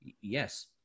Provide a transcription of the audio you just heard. yes